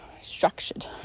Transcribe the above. structured